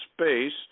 space